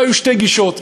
עכשיו, היו שתי גישות.